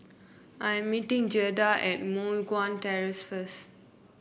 I'm meeting Gerda at Moh Guan Terrace first